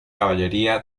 caballería